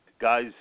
guys